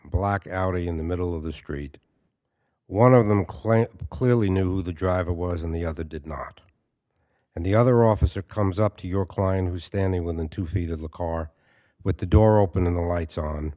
black audi in the middle of the street one of them claimed clearly knew the driver was on the other did not and the other officer comes up to your client was standing within two feet of the car with the door open in the lights on